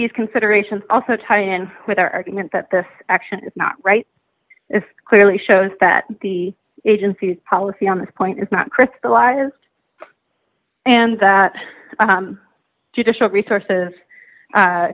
these considerations also tie in with our argument that this action is not right it clearly shows that the agency's policy on this point is not crystallized and that judicial resources